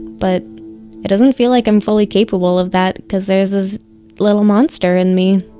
but it doesn't feel like i'm fully capable of that because there is this little monster in me